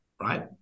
right